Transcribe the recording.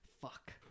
fuck